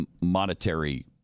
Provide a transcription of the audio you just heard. monetary